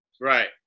Right